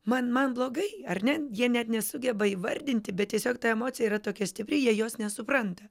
man man blogai ar ne jie net nesugeba įvardinti bet tiesiog ta emocija yra tokia stipri jie jos nesupranta